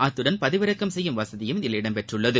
அத்துடன் பதிவிறக்கம் செய்யும் வசதியும் இதில் இடம் பெற்றுள்ளது